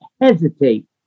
hesitate